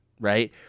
right